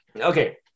okay